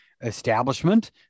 establishment